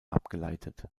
abgeleitet